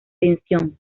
tensión